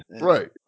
Right